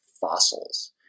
fossils